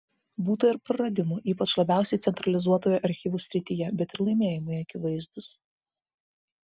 būta ir praradimų ypač labiausiai centralizuotoje archyvų srityje bet ir laimėjimai akivaizdūs